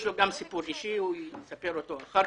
לו גם סיפור אישי שהוא אחר כך יספר אותו.